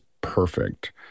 perfect